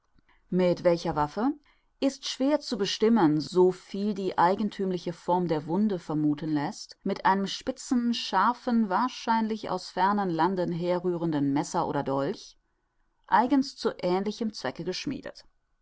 mit welcher waffe ist schwer zu bestimmen so viel die eigenthümliche form der wunde vermuthen läßt mit einem spitzen scharfen wahrscheinlich aus fernen landen herrührenden messer oder dolch eigens zu ähnlichem zwecke geschmiedet